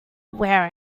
wear